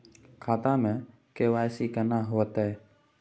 खाता में के.वाई.सी केना होतै?